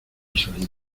salido